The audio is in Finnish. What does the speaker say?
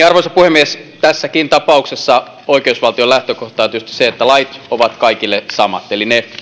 arvoisa puhemies tässäkin tapauksessa oikeusvaltion lähtökohta on tietysti se että lait ovat kaikille samat eli ne